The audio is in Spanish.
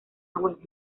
aguas